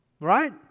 Right